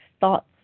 thoughts